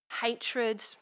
hatred